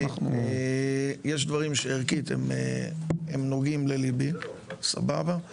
יש דברים שהם, ערכית, נוגעים לליבי, סבבה?